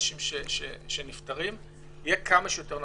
אנשים שנפטרים היה כמה שיותר נמוך.